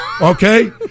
okay